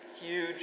huge